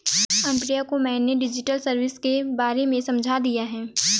अनुप्रिया को मैंने digital service के बारे में समझा दिया है